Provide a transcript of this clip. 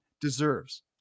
deserves